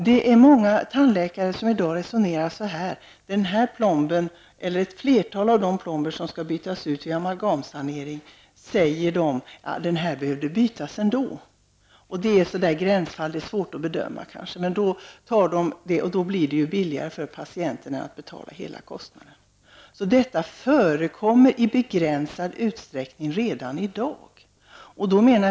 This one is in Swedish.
Det är många tandläkare som i dag resonerar som så att ett flertal av de plomber som skall bytas ut vid en amalgamsanering hade behövt bytas ändå. Det kan gälla gränsfall som är svåra att bedöma, men på så sätt blir det billigare för patienten, som då inte behöver betala hela kostnaden. Detta förekommer i begränsad utsträckning redan i dag.